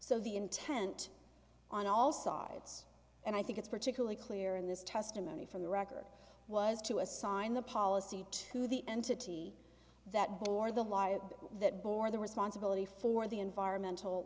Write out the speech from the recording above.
so the intent on all sides and i think it's particularly clear in this testimony from the record was to assign the policy to the entity that bore the liar that bore the responsibility for the environmental